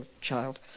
child